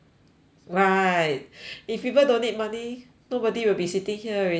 right if people don't need money nobody will be sitting here already eh